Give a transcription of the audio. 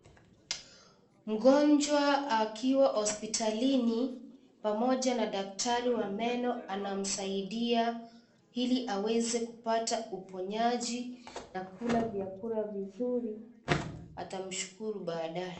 Mgonjwa akiwa hospitalini pamoja na dakatari wa meno anamsaidia ili aweze kupata uponyaji na kula vyakula vizuri atamshukuru baadaye.